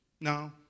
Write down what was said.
No